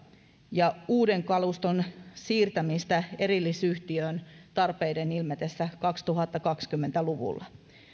ja uuden kaluston siirtämistä erillisyhtiöön tarpeiden ilmetessä kaksituhattakaksikymmentä luvulla